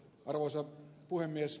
arvoisa puhemies